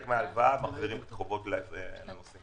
מההלוואה תהיה להחזרת החובות לנוסעים.